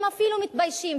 הם אפילו מתביישים,